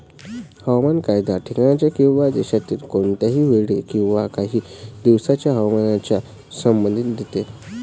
हवामान एखाद्या ठिकाणाच्या किंवा देशातील कोणत्याही वेळी किंवा काही दिवसांच्या हवामानाचा संदर्भ देते